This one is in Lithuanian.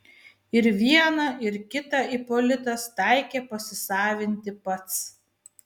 ir vieną ir kitą ipolitas taikė pasisavinti pats